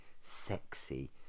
sexy